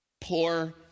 poor